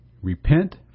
Repent